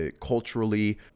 culturally